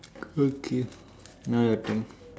okay now your turn